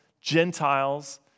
Gentiles